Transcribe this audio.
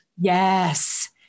Yes